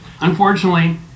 Unfortunately